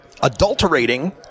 adulterating